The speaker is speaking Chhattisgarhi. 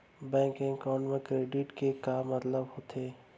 बैंक एकाउंट मा क्रेडिट के का मतलब होथे?